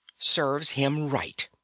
serves him right!